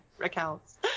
accounts